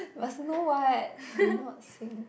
must know what do not sing